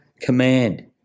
command